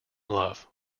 love